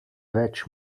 več